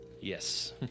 Yes